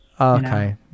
Okay